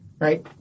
right